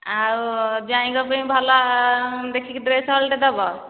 ଆଉ ଜ୍ୱାଇଁ ଙ୍କ ପାଇଁ ଭଲ ଦେଖିକି ଡ୍ରେସ୍ ହଳଟେ ଦେବ